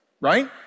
Right